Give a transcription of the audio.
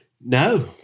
No